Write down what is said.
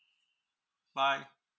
bye